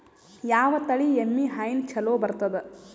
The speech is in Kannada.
ಯಾವ ತಳಿ ಎಮ್ಮಿ ಹೈನ ಚಲೋ ಬರ್ತದ?